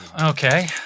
Okay